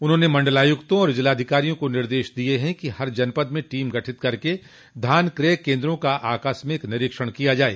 उन्होंने मंडलायुक्तों और जिलाधिकारियों को निर्देशित किया कि हर जनपद में टीम गठित कर धान क्रय केन्द्रों का आकस्मिक निरीक्षण किया जाये